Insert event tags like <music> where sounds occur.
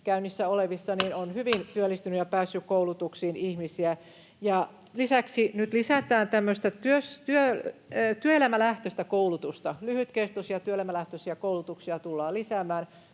<noise> on hyvin työllistynyt ja päässyt koulutuksiin ihmisiä. Ja lisäksi nyt lisätään tämmöistä työelämälähtöistä koulutusta. Lyhytkestoisia työelämälähtöisiä koulutuksia tullaan lisäämään,